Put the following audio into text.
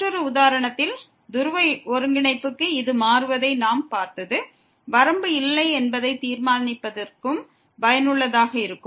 மற்றொரு உதாரணத்தில் துருவ ஒருங்கிணைப்புக்கு இது மாறுவதை நாம் பார்த்தது வரம்பு இல்லை என்பதைத் தீர்மானிப்பதற்கும் பயனுள்ளதாக இருக்கும்